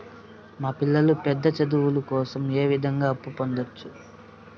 మా పిల్లలు పెద్ద చదువులు కోసం ఏ విధంగా అప్పు పొందొచ్చు?